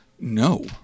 no